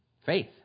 Faith